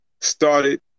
started